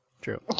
True